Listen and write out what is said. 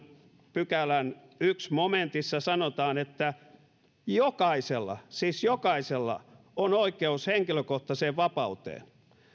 pykälän ensimmäisessä momentissa sanotaan että jokaisella siis jokaisella on oikeus henkilökohtaiseen vapauteen